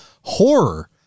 horror